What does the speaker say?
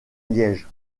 liège